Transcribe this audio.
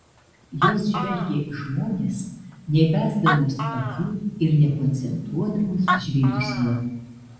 jos žvelgia į žmones neįbesdamos akių ir nekoncentruodamos žvilgsnio